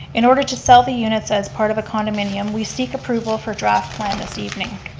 in order to sell the units as part of a condominium, we seek approval for draft plan this evening.